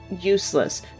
useless